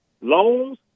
loans